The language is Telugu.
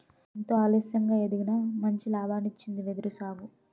ఎంతో ఆలస్యంగా ఎదిగినా మంచి లాభాల్నిచ్చింది వెదురు సాగు